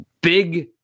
big